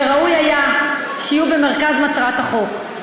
שראוי היה שיהיו במרכז מטרת החוק.